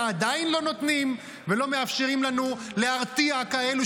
ועדיין לא נותנים ולא מאפשרים לנו להרתיע כאלו,